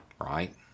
right